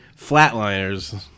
Flatliners